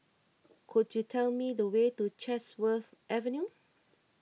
could you tell me the way to Chatsworth Avenue